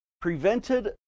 prevented